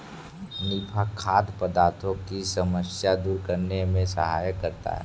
निफा खाद्य पदार्थों की समस्या दूर करने में सहायता करता है